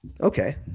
Okay